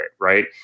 Right